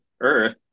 earth